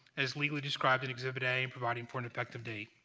as legally described in exhibit a and providing for an effective date.